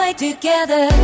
together